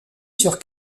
sur